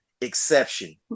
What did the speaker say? exception